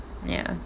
ya